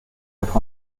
mettre